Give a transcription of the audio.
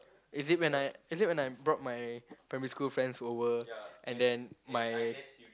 is it when I is it when I brought my primary school friends over and then my